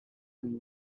and